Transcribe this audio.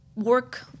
work